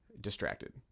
distracted